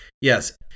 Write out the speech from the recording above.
Yes